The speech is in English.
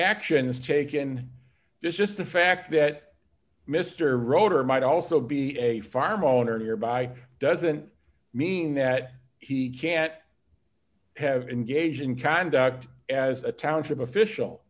actions taken this just the fact that mr roeder might also be a farm owner nearby doesn't mean that he can't have engaged in conduct as a township official